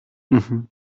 ujum